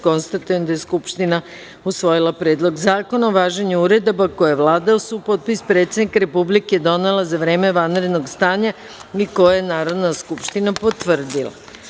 Konstatujem da je Skupština usvojila Predlog zakona o važenju uredaba koje je Vlada uz supotpis predsednika Republike donela za vreme vanrednog stanja i koje je Narodna skupština potvrdila.